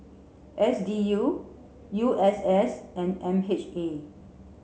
S D U U S S and M H A